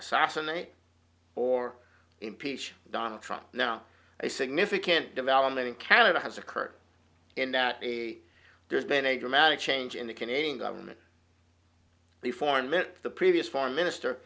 assassinate or impeach donald trump now a significant development in canada has occurred in that a there's been a dramatic change in the canadian government the foreign minister the previous foreign minister